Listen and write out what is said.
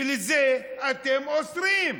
ואת זה אתם אוסרים: